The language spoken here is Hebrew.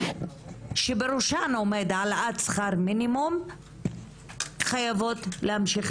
שבראשן עומדת הדרישה להעלאת שכר המינימום חייבות להמשיך